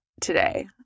today